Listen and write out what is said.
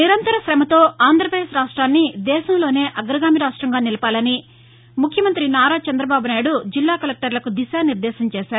నిరంతర శ్రమతో ఆంధ్రప్రదేశ్ రాష్ట్రాన్ని దేశంలోనే అగ్రగామి రాష్టంగా నిలపాలని ముఖ్యమంత్రి నారా చంద్రబాబునాయుడు జిల్లా కలెక్టర్లకు దిశానిర్దేశం చేశారు